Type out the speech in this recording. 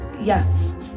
Yes